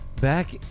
Back